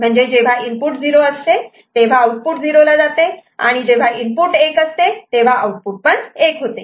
म्हणजे जेव्हा इनपुट 0 असते तेव्हा आउटपुट 0 ला जाते आणि आणि जेव्हा इनपुट 1 असते तेव्हा आउटपुट पण 1 होते